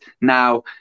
now